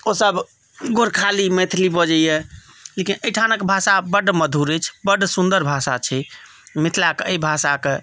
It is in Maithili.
ओसभ गोरखाली मैथिली बजैए लेकिन एहिठामक भाषा बड्ड मधुर अछि बड्ड सुन्दर भाषा छै मिथिलाके एहि भाषाके